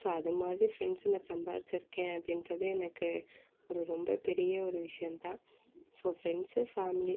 so அது மாதிரி ப்ரெண்ட்ஸுங்களை சம்பாதிச்சிருக்கேன் அப்படின்றது எனக்கு ஒரு ரொம்ப பெரிய ஒரு விஷயம் தான் ஸோ ஃப்ரெண்ட்ஸு ஃபேமிலி